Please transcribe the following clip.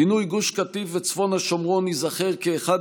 פינוי גוש קטיף וצפון השומרון ייזכר כאחד